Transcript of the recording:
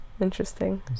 Interesting